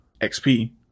XP